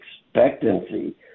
expectancy